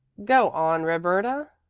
go on, roberta!